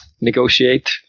negotiate